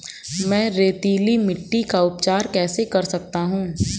मैं रेतीली मिट्टी का उपचार कैसे कर सकता हूँ?